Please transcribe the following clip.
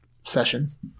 sessions